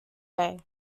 day